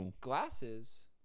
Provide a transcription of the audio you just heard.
glasses